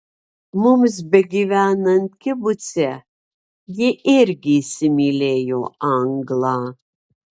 mums begyvenant kibuce ji irgi įsimylėjo anglą